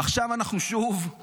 עכשיו אנחנו שוב,